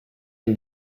and